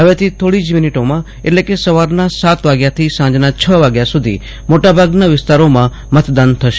ફવેથી થી થોડીજ મિનિટોમાં એટલે કે સવારના સાત વાગ્યાથી સાંજના છ વાગ્યા સુધી મોટાભાગના વિસ્તારોમાં મતદાન થશે